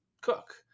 cook